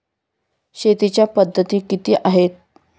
शेतीच्या पद्धती किती आहेत?